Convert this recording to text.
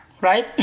right